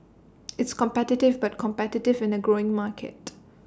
it's competitive but competitive in A growing market